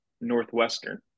Northwestern